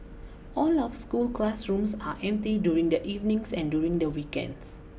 all our school classrooms are empty during the evenings and during the weekends